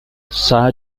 sir